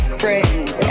friends